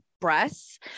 breasts